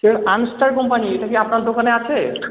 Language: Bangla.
সে আর্মস্টার কোম্পানি এটা কি আপনার দোকানে আছে